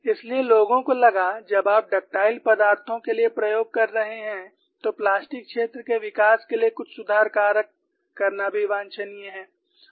इसलिए लोगों को लगा जब आप डक्टाइल पदार्थों के लिए प्रयोग कर रहे हैं तो प्लास्टिक क्षेत्र के विकास के लिए कुछ सुधार कारक करना भी वांछनीय है